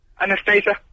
Anastasia